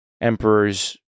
Emperor's